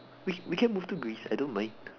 we we can move to Greece I don't mind